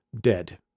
dead